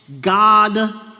God